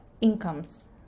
incomes